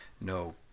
No